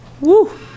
Woo